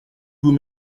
vous